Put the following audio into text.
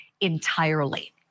entirely